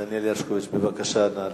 דניאל הרשקוביץ, בבקשה, נא להשיב.